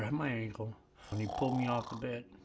my ankle and he pulled me off the bed